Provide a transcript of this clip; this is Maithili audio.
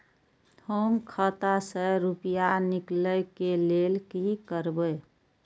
हम खाता से रुपया निकले के लेल की करबे?